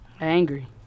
angry